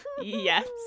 yes